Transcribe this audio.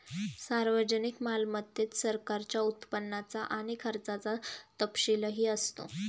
सार्वजनिक मालमत्तेत सरकारच्या उत्पन्नाचा आणि खर्चाचा तपशीलही असतो